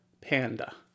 panda